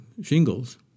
Shingles